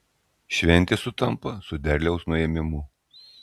šventė sutampa su derliaus nuėmimu